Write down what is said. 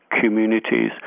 communities